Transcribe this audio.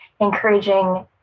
encouraging